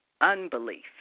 unbelief